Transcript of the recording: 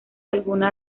alguna